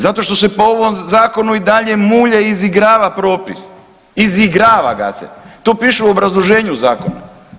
Zato što se po ovom zakonu i dalje mulja i izigrava propisa, izigrava ga se, to piše u obrazloženju zakona.